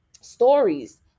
stories